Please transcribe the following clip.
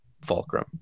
fulcrum